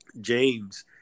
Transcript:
James